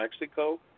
Mexico